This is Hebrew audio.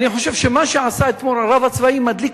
אני חושב שמה שעשה אתמול הרב הצבאי מדליק